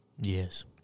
Yes